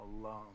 alone